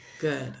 good